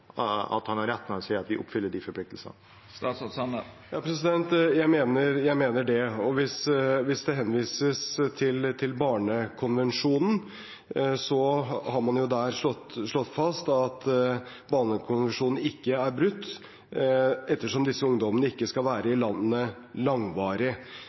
at han har rett når han sier at vi oppfyller de forpliktelsene? Ja, jeg mener det. Hvis det henvises til barnekonvensjonen, har man jo slått fast at den ikke er brutt, ettersom disse ungdommene ikke skal være i landet langvarig.